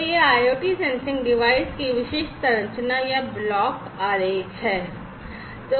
तो यह एक IoT सेंसिंग डिवाइस की विशिष्ट संरचना या ब्लॉक आरेख है